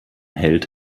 held